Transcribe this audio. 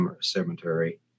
cemetery